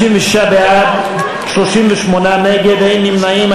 56 בעד, 38 נגד, אין נמנעים.